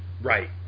Right